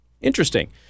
interesting